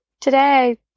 today